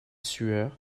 sueur